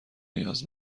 نیاز